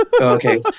okay